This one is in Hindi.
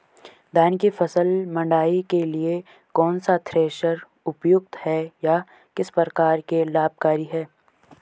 धान की फसल मड़ाई के लिए कौन सा थ्रेशर उपयुक्त है यह किस प्रकार से लाभकारी है?